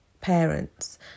parents